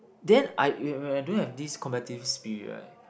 then I you I I don't have this competitive spirit eh